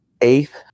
eighth